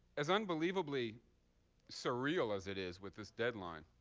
as unbelievably surreal as it is with this deadline,